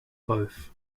both